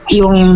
yung